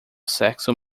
sexo